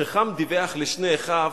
כשחם דיווח לשני אחיו,